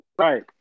Right